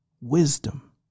wisdom